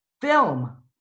film